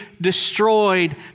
destroyed